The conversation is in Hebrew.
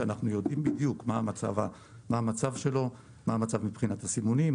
כשאנחנו יודעים בדיוק מה המצב שלו מבחינת הסימונים,